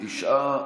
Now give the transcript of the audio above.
תשעה,